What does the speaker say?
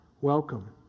welcome